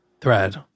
Thread